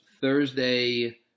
Thursday